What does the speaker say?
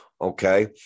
okay